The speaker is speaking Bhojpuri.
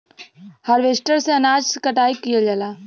हारवेस्टर से अनाज के कटाई कइल जाला